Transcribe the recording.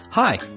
Hi